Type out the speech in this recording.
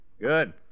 Good